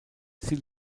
sie